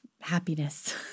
happiness